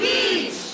Beach